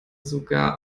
sogar